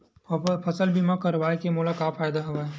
फसल बीमा करवाय के मोला का फ़ायदा हवय?